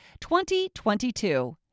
2022